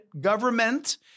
government